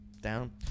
down